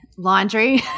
Laundry